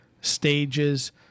stages